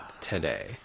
today